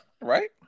right